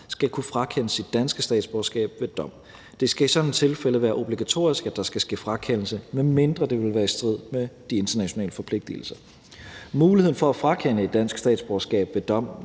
skal kunne frakendes sit danske statsborgerskab ved dom. Det skal i sådanne tilfælde være obligatorisk, at der skal ske frakendelse, medmindre det vil være i strid med de internationale forpligtelser. Muligheden for at frakende et dansk statsborgerskab ved dom